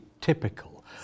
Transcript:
typical